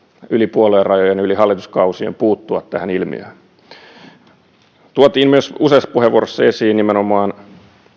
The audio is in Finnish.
yli puoluerajojen yli hallituskausien puuttua tähän ilmiöön tuotiin myös esiin nimenomaan